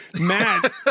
matt